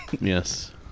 Yes